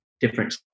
different